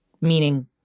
meaning